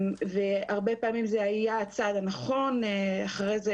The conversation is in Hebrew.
והרבה פעמים זה היה הצעד הנכון ואחרי זה